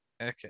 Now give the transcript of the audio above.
Okay